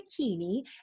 bikini